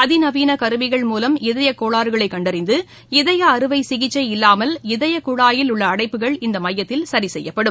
அதிநவீன கருவிகள் மூலம் இதய கோளாறுகளை கண்டறிந்து இதய அறுவை சிகிச்சை இல்லாமல் இதய குழாயில் உள்ள அடைப்புகள் இந்த மையத்தில் சரிசெய்யப்படும்